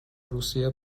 روسیه